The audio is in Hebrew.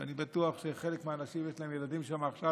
אני בטוח שלחלק מהאנשים יש ילדים שם עכשיו,